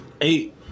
Eight